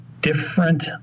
different